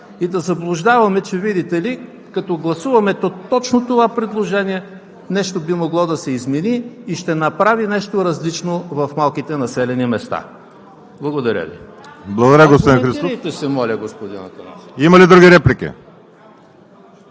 и да заблуждаваме, че, видите ли, като гласуваме точно това предложение, нещо би могло да се измени и ще направи нещо различно в малките населени места. Благодаря Ви. ПРЕДСЕДАТЕЛ ВАЛЕРИ СИМЕОНОВ: Благодаря, господин Христов. Има ли други реплики?